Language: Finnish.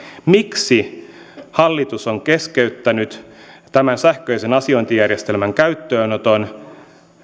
miksi hallitus on keskeyttänyt tämän sähköisen asiointijärjestelmän käyttöönoton